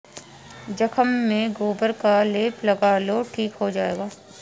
जख्म में गोबर का लेप लगा लो ठीक हो जाएगा